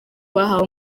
bahawe